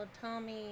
Tommy